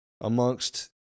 amongst